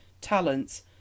talents